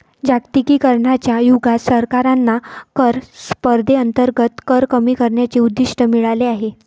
जागतिकीकरणाच्या युगात सरकारांना कर स्पर्धेअंतर्गत कर कमी करण्याचे उद्दिष्ट मिळाले आहे